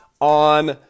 on